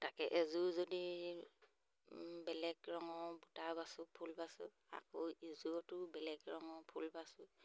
তাকে এযোৰ যদি বেলেগ ৰঙৰ বুটা বাচোঁ ফুল বাচোঁ আকৌ এযোৰতো বেলেগ ৰঙৰ ফুল বাছোঁ